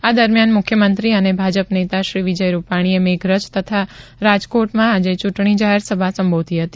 આ દરમિયાન મુખ્યમંત્રી અને ભાજપ નેતા શ્રી વિજય રૂપાણીએ મેઘરજ તથા રાજકોટમાં આજે ચૂંટણી જાહેરસાભા સંબોધી હતી